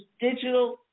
digital